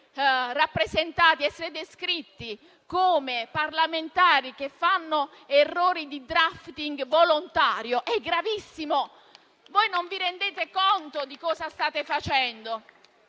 a menadito. Essere descritti come parlamentari che fanno errori di *drafting* volontario è gravissimo. Non vi rendete conto di cosa state facendo.